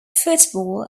football